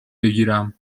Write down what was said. بگیرم